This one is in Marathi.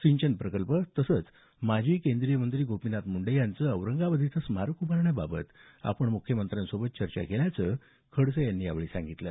सिंचन प्रकल्प तसंच माजी केंद्रीय मंत्री गोपीनाथ मुंडे यांचं औरंगाबाद इथं स्मारक उभारण्याबाबत मुख्यमंत्र्यांसोबत चर्चा केल्याचं खडसे यांनी सांगितलं